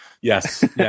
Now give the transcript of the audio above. yes